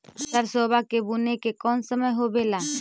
सरसोबा के बुने के कौन समय होबे ला?